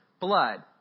blood